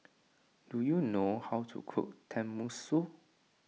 do you know how to cook Tenmusu